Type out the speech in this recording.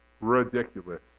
ridiculous